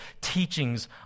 teachings